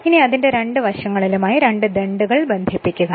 ഇനി അതിന്റെ രണ്ട് വശങ്ങളിലുമായി രണ്ട് ദണ്ഡുകൾ ബന്ധിപ്പിക്കുക